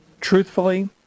Truthfully